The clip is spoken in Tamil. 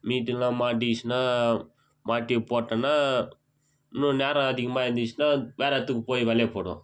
மீனெலாம் மாட்டிக்கிச்சுன்னால் மாட்டி போட்டோன்னால் இன்னும் நேரம் அதிகமாக இருந்துச்சுன்னால் வேறு இடத்துக்கு போய் வலையை போடுவோம்